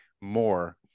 more